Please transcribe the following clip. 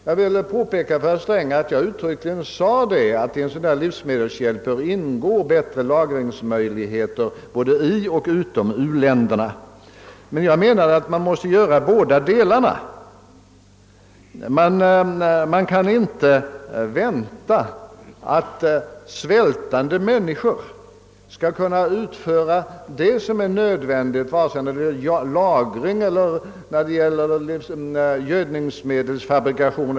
Jag vill påpeka för honom att jag uttryckligen sade att bättre lagringsmöjligheter både i och utom u-länderna bör ingå i livsmedelshjälpen. Men jag menar att man måste ge båda typerna av hjälp. Man kan inte förvänta att svältande människor skall utföra vad som är nödvändigt vare sig det gäller att öka lagringsmöjligheterna eller att åstadkomma konstgödselfabrikation.